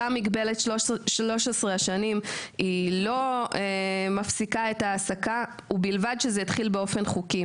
שם מגבלת 13 השנים לא מפסיקה את ההעסקה ובלבד שזה התחיל באופן חוקי.